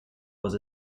was